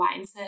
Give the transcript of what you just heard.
mindset